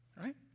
right